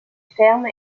ferme